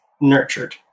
nurtured